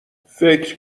فکر